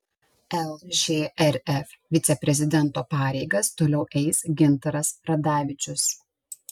lžrf viceprezidento pareigas toliau eis gintaras radavičius